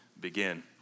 begin